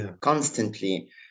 constantly